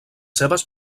seves